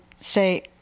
say